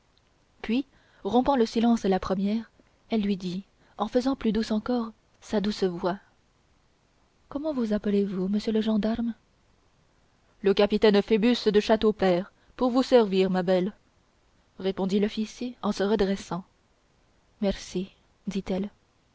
puis rompant le silence la première elle lui dit en faisant plus douce encore sa douce voix comment vous appelez-vous monsieur le gendarme le capitaine phoebus de châteaupers pour vous servir ma belle répondit l'officier en se redressant merci dit-elle